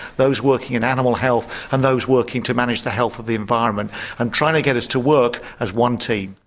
those working in animal health and those working to manage the health of the environment and trying to get us to work as one team.